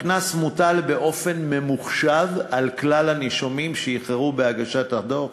הקנס מוטל באופן ממוחשב על כלל הנישומים שאיחרו בהגשת הדוח